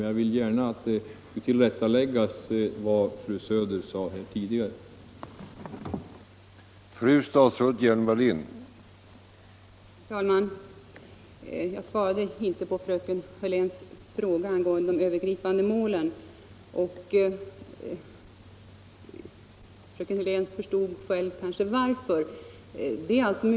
Jag har bara velat lägga till rätta vad fru Söder här tidigare sade.